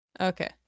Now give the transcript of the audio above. Okay